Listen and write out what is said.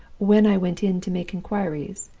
when i went in to make inquiries,